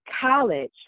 college